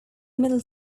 middle